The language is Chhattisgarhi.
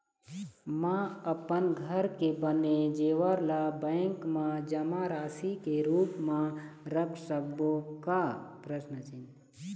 म अपन घर के बने जेवर ला बैंक म जमा राशि के रूप म रख सकबो का?